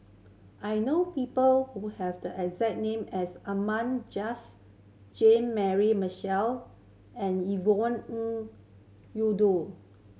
I know people who have the exact name as Ahmad Jais Jean Mary Marshall and Yvonne Ng